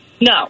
No